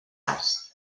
arts